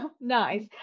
nice